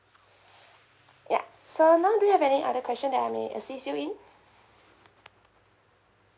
ya so now do you have any other question that I can assist you in